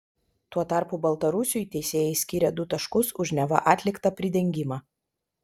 tuo tarpu baltarusiui teisėjai skyrė du taškus už neva atliktą pridengimą